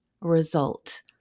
result